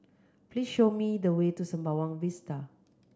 please show me the way to Sembawang Vista